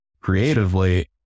creatively